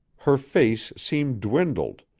her face seemed dwindled,